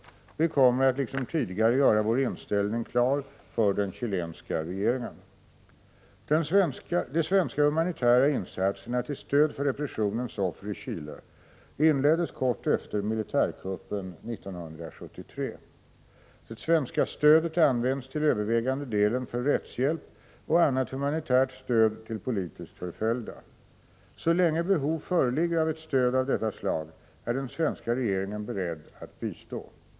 Vi kommer att liksom tidigare göra vår inställning klar för den chilenska regeringen. De svenska humanitära insatserna till stöd för repressionens offer i Chile inleddes kort efter militärkuppen 1973. Det svenska stödet används till övervägande delen för rättshjälp och annat humanitärt stöd till politiskt förföljda. Så länge behov föreligger av ett stöd av detta slag är den svenska regeringen beredd att bistå.